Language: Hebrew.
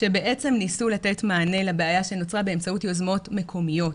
כשבעצם ניסו לתת מענה לבעיה שנוצרה באמצעות יוזמות מקומיות.